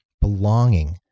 belonging